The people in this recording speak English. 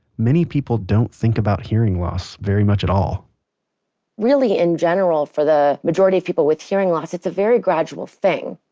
many people don't think about hearing loss very much at all really, in general, for the majority of people with hearing loss, it's a very gradual thing.